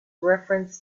reference